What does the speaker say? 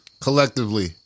Collectively